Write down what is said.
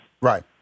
Right